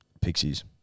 Pixies